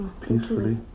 peacefully